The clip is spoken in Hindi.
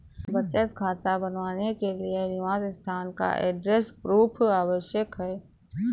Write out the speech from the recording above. बचत खाता बनवाने के लिए निवास स्थान का एड्रेस प्रूफ आवश्यक है